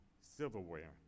silverware